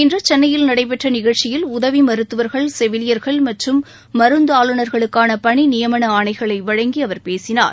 இன்று சென்னையில் நடைபெற்ற நிகழ்ச்சியில் உதவி மருத்துவர்கள் செவிலியர்கள் மற்றும் மருந்தாளுநர்களுக்கான பணி நியமண ஆணைகளை வழங்கி அவர் பேசினார்